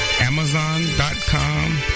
amazon.com